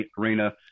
arena